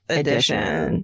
edition